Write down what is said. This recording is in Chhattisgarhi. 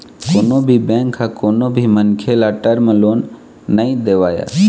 कोनो भी बेंक ह कोनो भी मनखे ल टर्म लोन नइ देवय